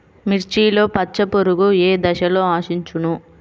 మిర్చిలో పచ్చ పురుగు ఏ దశలో ఆశించును?